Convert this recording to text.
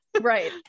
right